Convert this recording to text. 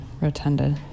rotunda